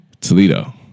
Toledo